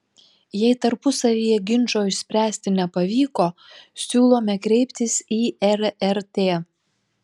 jei tarpusavyje ginčo išspręsti nepavyko siūlome kreiptis į rrt